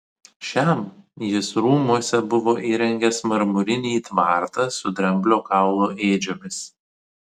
šiam jis rūmuose buvo įrengęs marmurinį tvartą su dramblio kaulo ėdžiomis